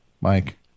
Mike